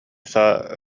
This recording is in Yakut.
саа